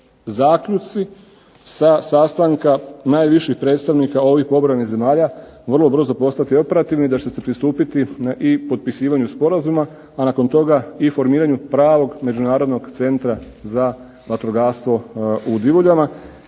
zaključci sa sastanaka najviših predstavnika ovih u obrani zemalja vrlo brzo postati operativni i da će se pristupiti i potpisivanju sporazuma, a nakon toga i formiranju pravog međunarodnog centra za vatrogastvo u Divuljama.